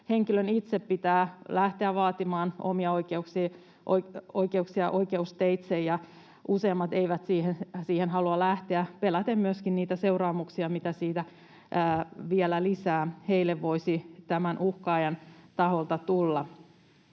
henkilön itse pitää lähteä vaatimaan omia oikeuksiaan oikeusteitse, ja useimmat eivät siihen halua lähteä — peläten myöskin niitä seuraamuksia, mitä siitä voisi tulla heille vielä lisää tämän uhkaajan taholta.